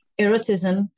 erotism